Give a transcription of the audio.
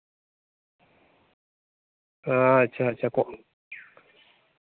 ᱟᱪᱪᱷᱟ ᱟᱪᱪᱷᱟ